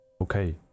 Okay